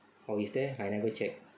oh is there I never check